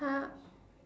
!huh!